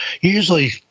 Usually